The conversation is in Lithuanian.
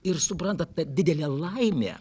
ir suprantat vat didelė laimė